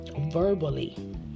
verbally